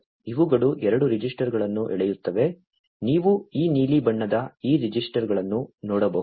ಇವುಗಳು 2 ರಿಜಿಸ್ಟರ್ಗಳನ್ನು ಎಳೆಯುತ್ತವೆ ನೀವು ಈ ನೀಲಿ ಬಣ್ಣದ ಈ ರೆಜಿಸ್ಟರ್ಗಳನ್ನು ನೋಡಬಹುದು